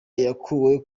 yakuwe